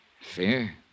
Fear